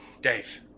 Dave